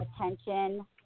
attention